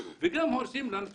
וגם הורסים לנו.